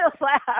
laugh